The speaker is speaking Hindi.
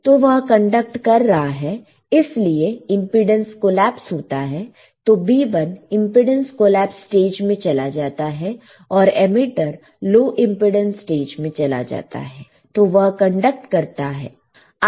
तो वह कंडक्ट कर रहा है इसलिए इंपेडेंस कोलॅप्स होता है तो B1 इंपेडेंस कोलॅप्स स्टेज में चला जाता है और एमीटर लो इंपेडेंस स्टेज में चला जाता है तो वह कंडक्ट करता है